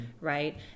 right